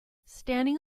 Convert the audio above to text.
standing